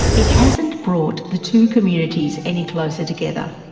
it hasn't brought the two communities any closer together.